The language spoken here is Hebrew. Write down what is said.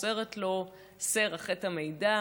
מוסרת לו שרח את המידע